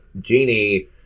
Genie